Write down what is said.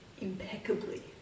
impeccably